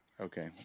Okay